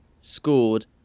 scored